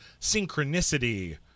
synchronicity